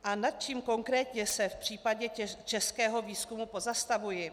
A nad čím konkrétně se v případě českého výzkumu pozastavuji?